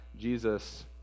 Jesus